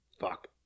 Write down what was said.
Fuck